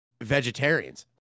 vegetarians